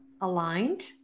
aligned